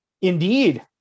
Indeed